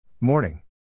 Morning